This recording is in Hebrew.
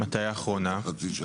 מתי האחרונה?